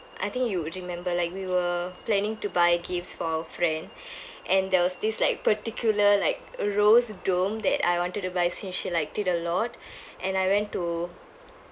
I think you remember like we were planning to buy gifts for a friend and there was this like particular like rose dome that I wanted to buy since she liked it a lot and I went to